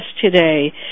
today